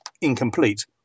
incomplete